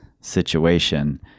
situation